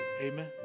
amen